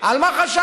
על מה חשבת?